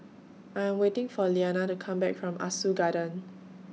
I Am waiting For Iyanna to Come Back from Ah Soo Garden